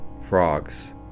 frogs